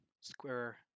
Square